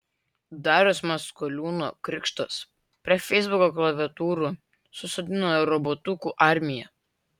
dariaus maskoliūno krikštas prie feisbuko klaviatūrų susodino robotukų armiją